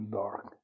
dark